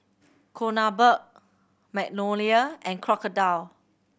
Kronenbourg Magnolia and Crocodile